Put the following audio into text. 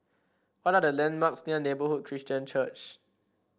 what are the landmarks near Neighbourhood Christian Church